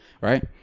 right